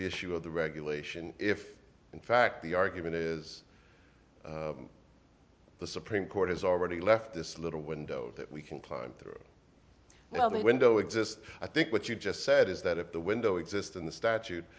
the issue of the regulation if in fact the argument is the supreme court has already left this little window that we can climb through well the window exists i think what you just said is that if the window exist in the statute